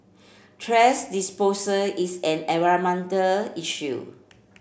thrash disposal is an environmental issue